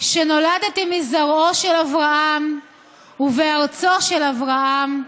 שנולדתי מזרעו של אברהם ובארצו של אברהם,